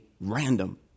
random